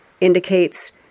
indicates